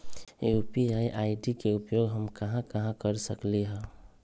UPI ID के उपयोग हम कहां कहां कर सकली ह?